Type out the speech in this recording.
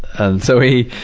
and so, he,